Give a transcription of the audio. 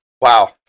Wow